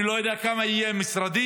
אני לא יודע כמה יהיה משרדי,